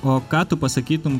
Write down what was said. o ką tu pasakytum